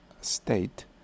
state